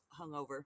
hungover